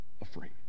afraid